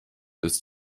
ist